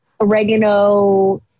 oregano